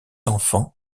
enfants